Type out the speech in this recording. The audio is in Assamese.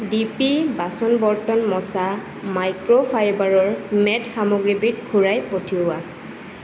ডি পি বাচন বৰ্তন মচা মাইক্ৰ'ফাইবাৰৰ মেট সামগ্ৰীবিধ ঘূৰাই পঠিওৱা